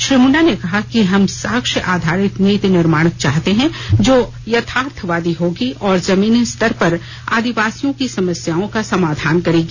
श्री मुंडा ने कहा कि हम साक्ष्य आधारित नीति निर्माण चाहते हैं जो यथार्थवादी होगी और जमीनी स्तर पर आदिवासियों की समस्याओं का समाधान करेगी